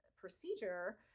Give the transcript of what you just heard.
procedure